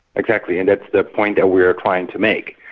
exactly, and that's the point that we are trying to make.